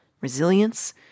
resilience